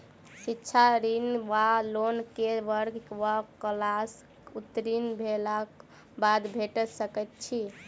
शिक्षा ऋण वा लोन केँ वर्ग वा क्लास उत्तीर्ण भेलाक बाद भेट सकैत छी?